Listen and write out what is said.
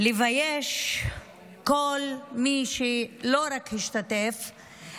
לבייש לא רק את כל מי שהשתתף בו,